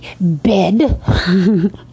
bed